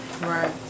Right